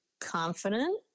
confident